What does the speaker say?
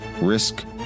Risk